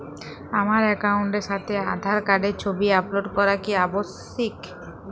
আমার অ্যাকাউন্টের সাথে আধার কার্ডের ছবি আপলোড করা কি আবশ্যিক?